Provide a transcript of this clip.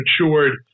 matured